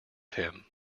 him